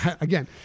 again